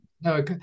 no